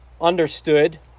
understood